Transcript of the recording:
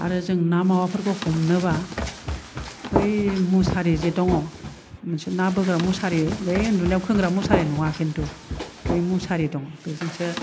आरो जों ना मावा फोरखौ हमनोबा बै मुसारि जे दङ मोनसे ना बोग्रा मुसारि बे उन्दुनायाव खोंग्रा मुसारि नङा खिन्थु बै मुसारि दं बेजोंसो